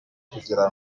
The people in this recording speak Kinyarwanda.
kugira